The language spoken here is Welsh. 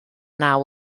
naw